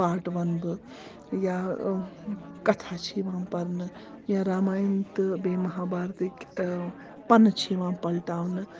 پاٹھ وَنہٕ بہٕ یا کَتھا چھِ یِوان پَرنہٕ یا راماین تہٕ بیٚیہِ مہابھارتٕکۍ پَنہٕ چھِ یِوان پَلٹاونہٕ